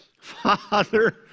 Father